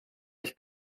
ich